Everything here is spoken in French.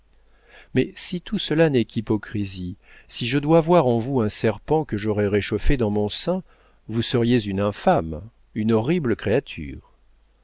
mais si tout cela n'est qu'hypocrisie si je dois voir en vous un serpent que j'aurai réchauffé dans mon sein vous seriez une infâme une horrible créature